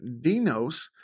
dinos